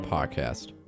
Podcast